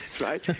right